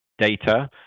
data